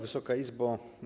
Wysoka Izbo!